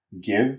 give